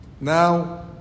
Now